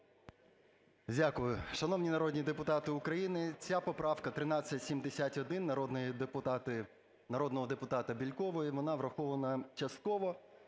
Дякую. Шановні народні депутати України, ця поправка 1371 народного депутата Бєлькової, вона врахована частково.